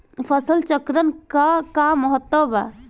फसल चक्रण क का महत्त्व बा?